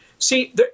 See